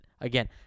Again